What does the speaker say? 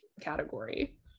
category